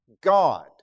God